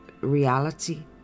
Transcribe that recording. reality